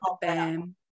bam